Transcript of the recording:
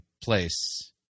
place